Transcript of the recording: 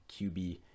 QB